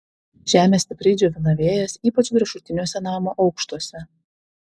žemę stipriai džiovina vėjas ypač viršutiniuose namo aukštuose